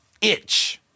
itch